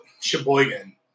Sheboygan